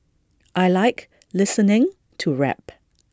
I Like listening to rap